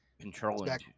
controlling